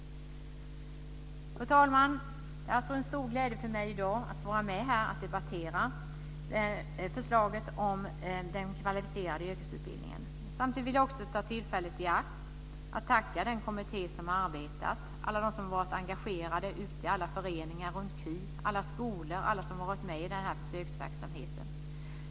Fru talman! Det är en stor glädje för mig att i dag få vara med och debattera förslaget om den kvalificerade yrkesutbildningen. Samtidigt vill jag ta tillfället i akt och tacka den kommitté som har arbetat, alla de som har varit engagerade, alla föreningar runt KY, alla skolor och alla som har varit med i försöksverksamheten.